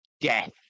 DEATH